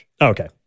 Okay